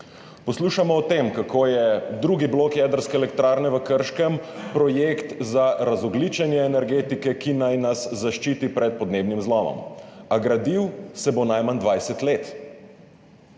Poslušamo o tem, kako je drugi blok jedrske elektrarne v Krškem projekt za razogljičenje energetike, ki naj nas zaščiti pred podnebnim zlomom, a gradil se bo najmanj 20 let.